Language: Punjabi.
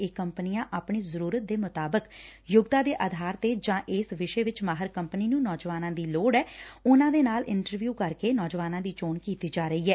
ਇਹ ਕੰਪਨੀਆਂ ਆਪਣੀ ਜ਼ਰੁਰਤ ਮੁਤਾਬਿਕ ਯੋਗਤਾ ਦੇ ਆਧਾਰ ਤੇ ਜਾਂ ਜਿਸ ਵਿਸੇ ਵਿਚ ਮਾਹਿਰ ਕੰਪਨੀ ਨੂੰ ਨੌਜਵਾਨਾਂ ਦੀ ਲੋੜ ਐ ਉਨੂਾਂ ਦੇ ਨਾਲ ਇੰਟਰਵਿਉ ਕਰਕੇ ਨੌਜਵਾਨਾਂ ਦੀ ਚੋਣ ਕੀਤੀ ਜਾ ਰਹੀ ਐ